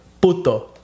puto